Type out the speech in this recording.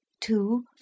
two